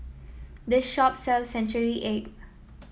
this shop sells Century Egg